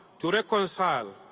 to reconcile,